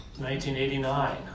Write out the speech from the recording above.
1989